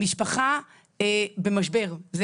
המשפחה במשבר.